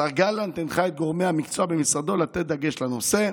השר גלנט הנחה את גורמי המקצוע במשרדו לתת דגש על הנושא,